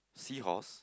seahorse